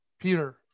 Peter